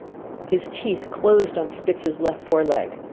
his teeth closed on spitz's left fore leg.